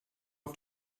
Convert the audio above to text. auf